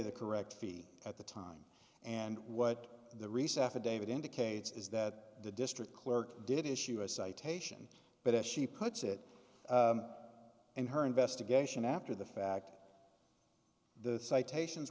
the correct fee at the time and what the research david indicates is that the district clerk did issue a citation but as she puts it in her investigation after the fact the citations